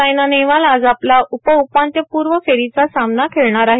सायना नेहवाल आज आपला उपउपांत्यपूर्व फेरीचा सामना खेळणार आहे